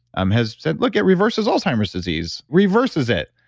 um has said, look, it reverses alzheimer's disease. reverses it.